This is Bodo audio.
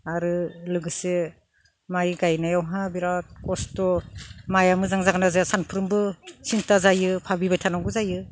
आरो लोगोसे माइ गायनायावहा बिराद खस्थ' माइआ मोजां जागोन ना जाया सामफ्रामबो सिन्था जायो भाबिबाय थानांगौ जायो